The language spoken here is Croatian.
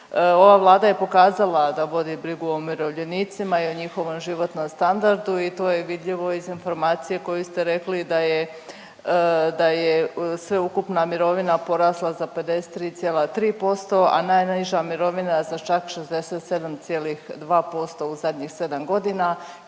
Ova Vlada je pokazala da vodi brigu o umirovljenicima i o njihovom životnom standardu i to je vidljivo iz informacije koju ste rekli da je sveukupna mirovina porasla za 53,3%, a najniža mirovina za čak 67,2% u zadnjih sedam godina i